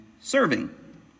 serving